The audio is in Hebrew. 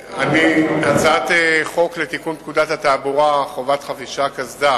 הצעת חוק לתיקון פקודת התעבורה (חובת חבישת קסדה